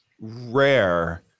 rare